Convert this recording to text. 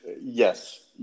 yes